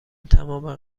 تمام